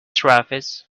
travis